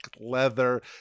leather